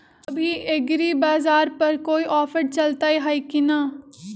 अभी एग्रीबाजार पर कोई ऑफर चलतई हई की न?